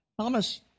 Thomas